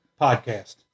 podcast